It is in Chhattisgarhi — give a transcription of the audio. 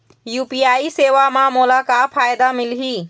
यू.पी.आई सेवा म मोला का फायदा मिलही?